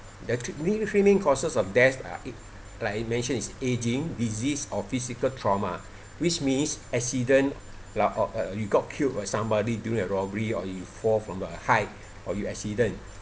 the three three main causes of death uh it like you mentioned is aging disease or physical trauma which means accident lah oh err you got killed by somebody during a robbery or you fall from a height or you accident